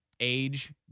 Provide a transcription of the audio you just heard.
Age